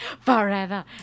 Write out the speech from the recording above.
Forever